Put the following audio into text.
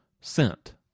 sent